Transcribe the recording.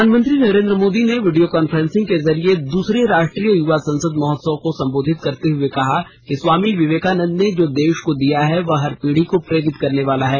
प्रधानमंत्री नरेंद्र मोदी ने video conferencing के जरिए दूसरे राष्ट्रीय युवा संसद महोत्सव को संबोधित करते हुए कहा कि स्वामी विवेकानंद ने जो देश को दिया है वह हर पीढ़ी को प्रेरित करने वाला है